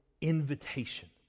invitation